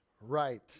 right